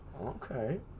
Okay